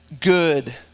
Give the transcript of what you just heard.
good